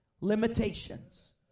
limitations